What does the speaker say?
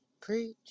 preach